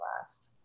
last